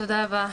תודה רבה.